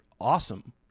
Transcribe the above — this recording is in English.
awesome